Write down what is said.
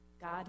God